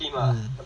mm